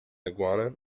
iguana